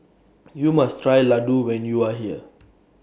YOU must Try Ladoo when YOU Are here